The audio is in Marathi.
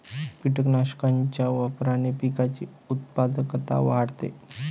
कीटकनाशकांच्या वापराने पिकाची उत्पादकता वाढते